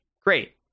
great